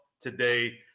today